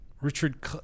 Richard